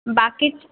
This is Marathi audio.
बाकीच